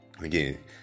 again